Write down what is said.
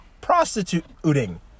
prostituting